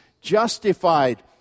justified